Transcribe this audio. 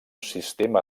sistema